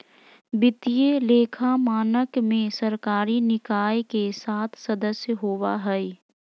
वित्तीय लेखा मानक में सरकारी निकाय के सात सदस्य होबा हइ